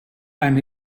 and